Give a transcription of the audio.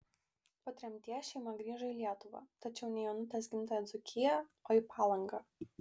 po tremties šeima grįžo į lietuvą tačiau ne į onutės gimtąją dzūkiją o į palangą